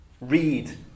Read